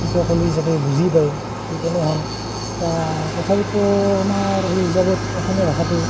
সেনকৈ ক'লে যাতে বুজি পায় গতিকে সেনেহেন এতিয়া তথাপিতো আমাৰ সেই হিচাপত অসমীয়া ভাষাটো